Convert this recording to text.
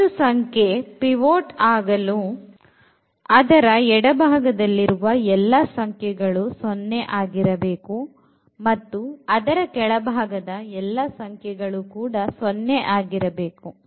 ಒಂದು ಸಂಖ್ಯೆ ಪಿವೋಟ್ ಆಗಲು ಅದರ ಎಡ ಭಾಗದಲ್ಲಿರುವ ಎಲ್ಲಾ ಸಂಖ್ಯೆಗಳು 0 ಆಗಿರಬೇಕು ಮತ್ತು ಅದರ ಕೆಳಭಾಗದ ಎಲ್ಲ ಸಂಖ್ಯೆಗಳು ಕೂಡ 0 ಆಗಿರಬೇಕು